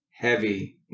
Heavy